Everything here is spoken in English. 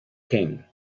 king